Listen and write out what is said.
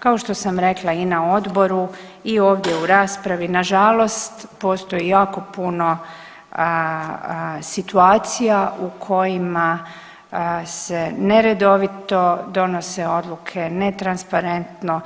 Kao što sam rekla i na odboru i ovdje u raspravi nažalost postoji jako puno situacija u kojima se neredovito donose odluke, netransparentno